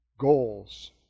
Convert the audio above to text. goals